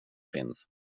finns